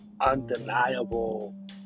undeniable